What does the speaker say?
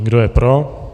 Kdo je pro?